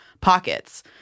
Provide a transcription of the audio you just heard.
pockets